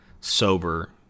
sober